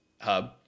hub